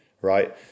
right